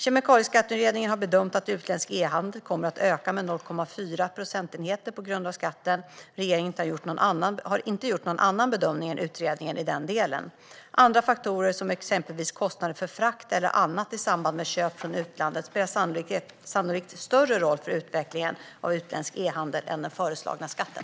Kemikalieskatteutredningen har bedömt att utländsk e-handel kommer att öka med 0,4 procentenheter på grund av skatten. Regeringen har inte gjort någon annan bedömning än utredningen i den delen. Andra faktorer, som exempelvis kostnader för frakt eller annat i samband med köp från utlandet, spelar sannolikt större roll för utvecklingen av utländsk e-handel än den föreslagna skatten.